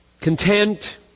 content